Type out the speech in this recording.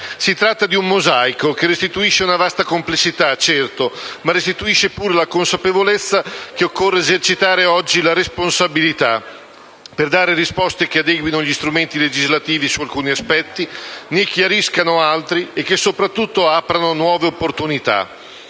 Si tratta di un mosaico che restituisce una vasta complessità, certo, ma restituisce pure la consapevolezza che occorre esercitare oggi la responsabilità per dare risposte che adeguino gli strumenti legislativi su alcuni aspetti, ne chiariscano altri e che soprattutto aprano nuove opportunità.